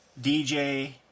DJ